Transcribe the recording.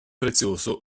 prezioso